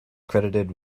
credited